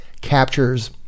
captures